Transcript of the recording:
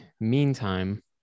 meantime